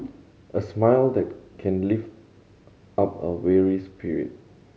a smile that can lift up a weary spirit